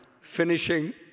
finishing